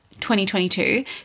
2022